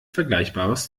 vergleichbares